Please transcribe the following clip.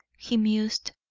he mused,